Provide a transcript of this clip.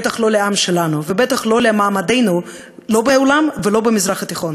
בטח לא לעם שלנו ובטח לא למעמדנו לא בעולם ולא במזרח התיכון.